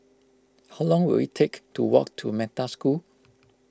how long will it take to walk to Metta School